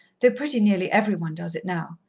though pretty nearly every one does it now.